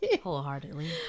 Wholeheartedly